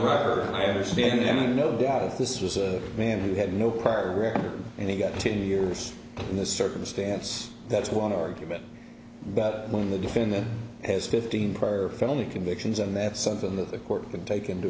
brighter and i understand you know that if this was a man who had no prior record and he got ten years in the circumstance that's one argument that when the defendant has fifteen prior felony convictions and that's something that the court can take into